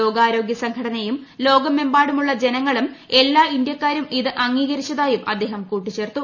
ലോകാരോഗൃ സംഘടനയും ലോകമെമ്പാടുമുള്ള ജനങ്ങളും എല്ലാ ഇന്ത്യാക്കാരും ഇത് അംഗീകരിച്ചതാണെന്നും അദ്ദേഹം കൂട്ടിച്ചേർത്തു